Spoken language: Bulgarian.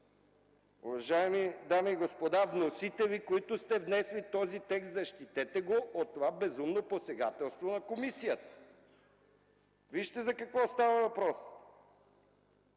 Уважаеми дами и господа, вносители, които сте внесли този текст, защитете го от това безумно посегателство на комисията. Виждате, за какво става въпрос